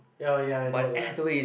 oh ya I know that